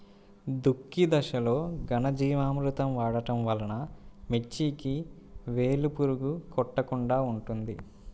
దుక్కి దశలో ఘనజీవామృతం వాడటం వలన మిర్చికి వేలు పురుగు కొట్టకుండా ఉంటుంది?